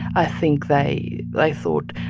i think they like thought,